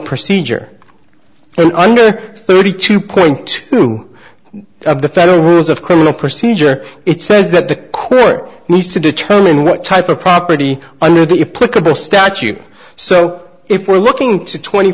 procedure under thirty two point two of the federal rules of criminal procedure it says that the court needs to determine what type of property under the statute so if we're looking to twenty